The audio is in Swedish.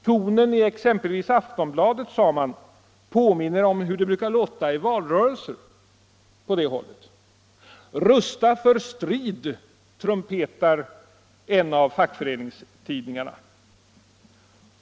Tonen i exempelvis Aftonbladet, sade man, påminner om hur det brukar låta på det hållet i valrörelser. ”Rusta för strid”, trumpetar en av fackföreningstidningarna.